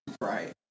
Right